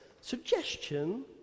suggestion